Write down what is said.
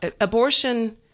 abortion